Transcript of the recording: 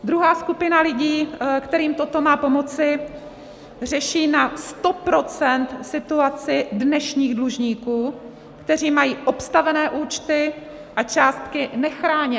Druhá skupina lidí, kterým toto má pomoci, řeší na sto procent situaci dnešních dlužníků, kteří mají obstavené účty a částky nechráněné.